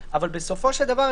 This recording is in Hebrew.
אבל בסופו של דבר,